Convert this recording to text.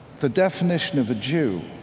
the definition of a jew,